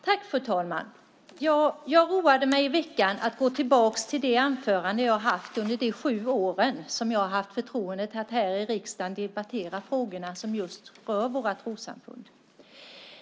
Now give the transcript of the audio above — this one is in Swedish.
Fru talman! I veckan roade jag mig med att gå tillbaka till de anföranden jag har hållit under de sju år som jag har haft förtroendet att här i riksdagen debattera frågorna som rör våra trossamfund.